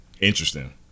Interesting